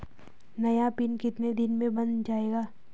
नया पिन कितने दिन में बन जायेगा?